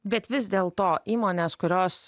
bet vis dėl to įmonės kurios